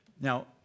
Now